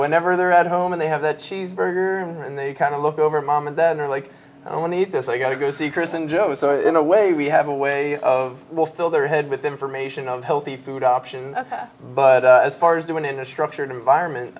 whenever they're at home and they have a cheeseburger and they kind of look over mom and then you're like oh i need this i got to go see chris and joe so in a way we have a way of will fill their head with information of healthy food options but as far as doing it in a structured environment